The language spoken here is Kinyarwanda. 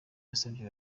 yasabye